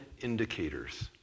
indicators